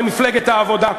למפלגת העבודה.